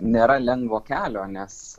nėra lengvo kelio nes